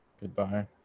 Goodbye